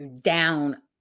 down